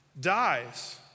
dies